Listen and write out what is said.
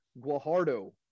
Guajardo